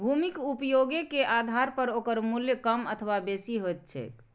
भूमिक उपयोगे के आधार पर ओकर मूल्य कम अथवा बेसी होइत छैक